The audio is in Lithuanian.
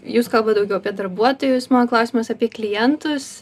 jūs kalbat daugiau apie darbuotojus mano klausimas apie klientus